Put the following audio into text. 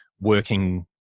working